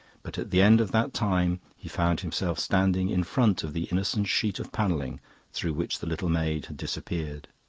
but at the end of that time he found himself standing in front of the innocent sheet of panelling through which the little maid had disappeared.